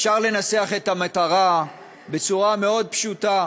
אפשר לנסח את המטרה בצורה מאוד פשוטה: